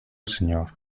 señor